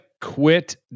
quit